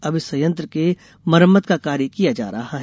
अब इस संयंत्र के मरम्मत का कार्य किया जा रहा है